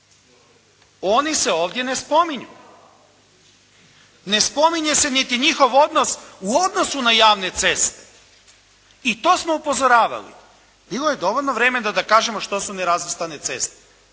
Oni se ovdje ne spominju. Ne spominje se niti njihov odnos u odnosu na javne ceste i to smo upozoravali. Bilo je dovoljno vremena da kažemo što su nerazvrstane ceste.